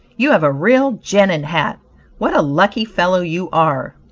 you have a real genin hat what a lucky fellow you are.